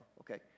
Okay